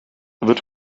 wird